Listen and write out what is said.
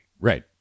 Right